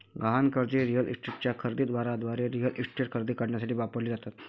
गहाण कर्जे रिअल इस्टेटच्या खरेदी दाराद्वारे रिअल इस्टेट खरेदी करण्यासाठी वापरली जातात